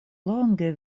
longe